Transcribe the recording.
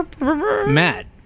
Matt